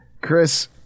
Chris